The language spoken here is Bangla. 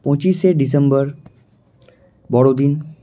পঁচিশে ডিসেম্বর বড়দিন